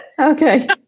Okay